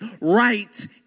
right